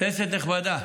כנסת נכבדה.